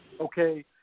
Okay